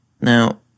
Now